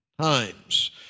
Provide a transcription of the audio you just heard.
times